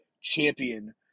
champion